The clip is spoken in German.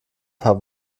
paar